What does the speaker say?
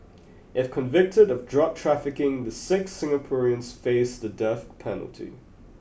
if convicted of drug trafficking the six Singaporeans face the death penalty